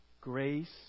Grace